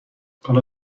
حالا